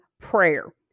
prayer